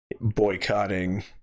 boycotting